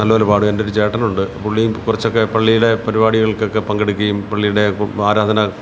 നല്ല പോലെ പാടും എൻറ്റൊരു ചേട്ടനുണ്ട് പുള്ളീം കുറച്ചക്കെ പള്ളീലെ പരിപാടികൾക്കെക്കെ പങ്കെടുക്കേം പള്ളിയുടെ ആരാധന